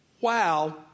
Wow